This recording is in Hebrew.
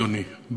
אדוני,